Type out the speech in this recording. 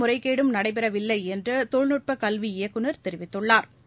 முறைகேடும் நடைபெறவில்லை என்று தொழில்நுட்ப கல்வி இயக்குநர் தெரிவித்துள்ளாா்